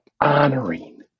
honoring